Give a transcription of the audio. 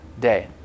day